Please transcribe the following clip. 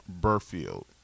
burfield